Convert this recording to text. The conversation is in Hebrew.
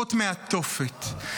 יוצאות מהתופת.